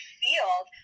field